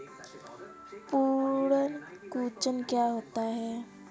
पर्ण कुंचन क्या होता है?